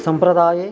सम्प्रदाये